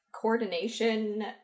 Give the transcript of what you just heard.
coordination